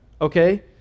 Okay